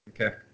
Okay